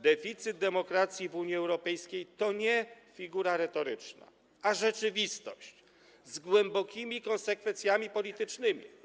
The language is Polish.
Deficyt demokracji w Unii Europejskiej to nie figura retoryczna, a rzeczywistość z głębokimi konsekwencjami politycznymi.